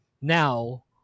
Now